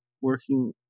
working